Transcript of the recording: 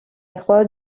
croix